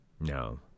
No